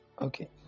Okay